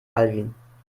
alwin